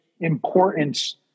importance